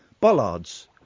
bollards